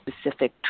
specific